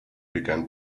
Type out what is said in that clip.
began